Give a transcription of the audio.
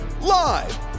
live